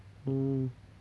mm